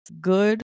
Good